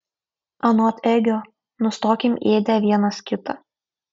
anot egio nustokim ėdę vienas kitą